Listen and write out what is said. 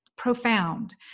profound